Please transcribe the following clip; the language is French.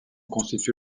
constitue